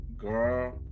Girl